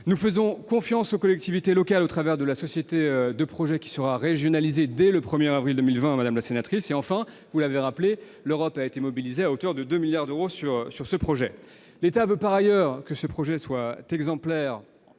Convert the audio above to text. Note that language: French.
Nous faisons confiance aux collectivités locales au travers de la société de projet qui sera régionalisée dès le 1 avril 2020, madame la sénatrice. Vous l'avez rappelé, l'Europe a été mobilisée à hauteur de 2 milliards d'euros sur ce projet. L'État veut par ailleurs que ce projet soit exemplaire